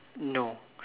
no